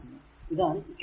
അതാണ് ഇക്വേഷൻ 39